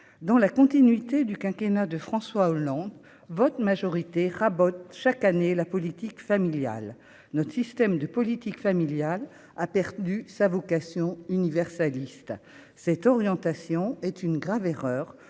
dans la continuité du quinquennat de François Hollande, votre majorité rabote chaque année, la politique familiale, notre système de politique familiale, a perdu sa vocation universaliste cette orientation est une grave erreur